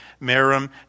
Merim